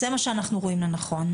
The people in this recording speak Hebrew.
זה מה שאנחנו רואים לנכון.